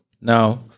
Now